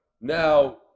now